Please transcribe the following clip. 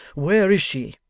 where is she